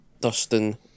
Dustin